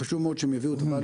חשוב מאוד שהם יביאו את ה-value